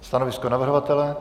Stanovisko navrhovatele?